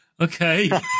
okay